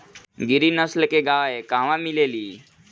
गिरी नस्ल के गाय कहवा मिले लि?